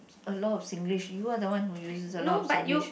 a lot of Singlish you are the one who uses a lot of Singlish